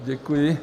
Děkuji.